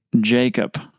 Jacob